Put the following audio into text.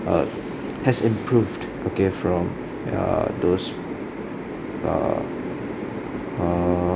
uh has improved okay from err those err um